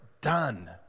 done